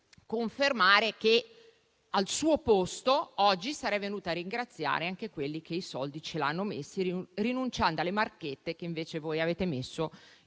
devo confermare che, al suo posto, oggi sarei venuta a ringraziare anche coloro che i soldi ce li hanno messi, rinunciando alle marchette che invece voi avete messo